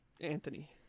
Anthony